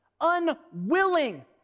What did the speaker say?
unwilling